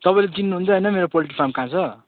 तपाईँले चिन्नुहुन्छ होइन मेरो पोल्ट्री फार्म कहाँ छ